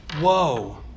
whoa